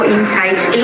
Insights